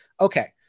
Okay